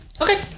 Okay